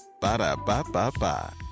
Ba-da-ba-ba-ba